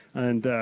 and